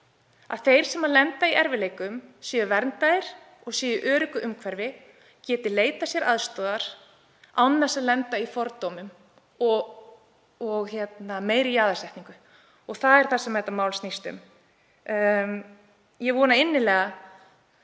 að þeir sem lenda í erfiðleikum séu verndaðir og séu í öruggu umhverfi, geti leitað sér aðstoðar án þess að lenda í fordómum og meiri jaðarsetningu. Það er það sem þetta mál snýst um. Ég vona innilega